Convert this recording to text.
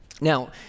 Now